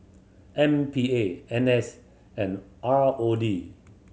M P A N S and R O D